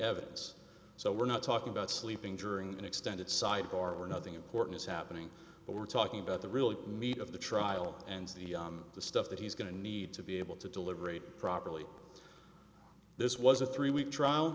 evidence so we're not talking about sleeping during an extended sidebar or nothing important is happening but we're talking about the really meet of the trial and the stuff that he's going to need to be able to deliberate properly this was a three week trial